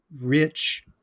rich